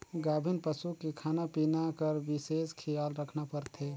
गाभिन पसू के खाना पिना कर बिसेस खियाल रखना परथे